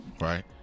right